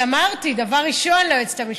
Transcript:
אמרתי, דבר ראשון ליועצת המשפטית.